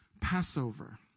Passover